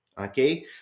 okay